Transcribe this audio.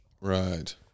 Right